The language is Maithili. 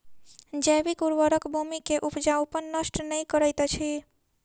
जैविक उर्वरक भूमि के उपजाऊपन नष्ट नै करैत अछि